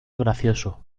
gracioso